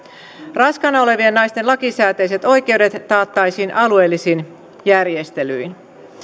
raskaana olevien naisten lakisääteiset oikeudet taattaisiin alueellisin järjestelyin